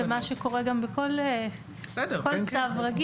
מה קורה אחר כך זה מה שקורה גם בכל צו רגיל.